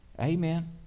Amen